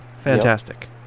fantastic